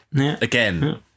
again